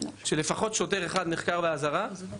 שלפחות שוטר אחד נחקר באזהרה.